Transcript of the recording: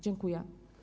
Dziękuję.